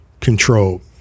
control